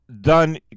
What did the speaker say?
done